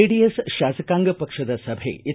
JDS ಶಾಸಕಾಂಗ ಪಕ್ಷದ ಸಭೆ ಎಚ್